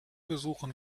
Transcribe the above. besuchen